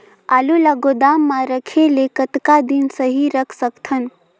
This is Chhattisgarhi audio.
आलू ल गोदाम म रखे ले कतका दिन सही रख सकथन?